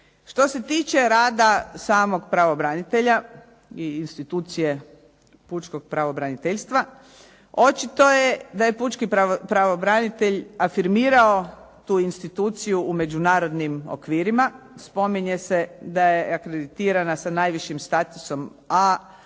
Što se tiče rada samog pravobranitelja i institucije pučkog pravobraniteljstva, očito je da je pučki pravobranitelj afirmirao tu instituciju u međunarodnim okvirima. Spominje se da je akreditirana sa najvišim statusom A